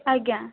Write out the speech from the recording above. ଆଜ୍ଞା